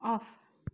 of